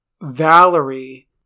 Valerie